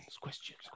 questions